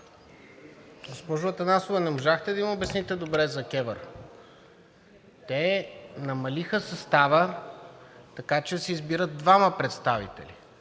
Госпожо Атанасова, не можахте да им обясните добре за КЕВР. Те намалиха състава, така че да се избират двама представители.